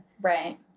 Right